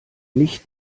nicht